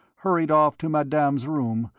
hurried off to madame's room,